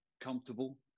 comfortable